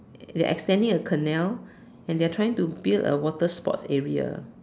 they are extending a canal and they are trying to build a water sports area